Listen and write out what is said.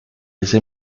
ese